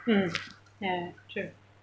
mm ya true